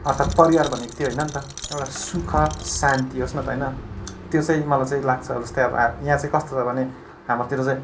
अर्थात् परिवार भनेको त्यो होइन नि त एउटा सुख शान्ति होस् न त होइन त्यो चाहिँ मलाई चाहिँ लाग्छ जस्तै अब यहाँ चाहिँ कस्तो छ भने हाम्रोतिर चाहिँ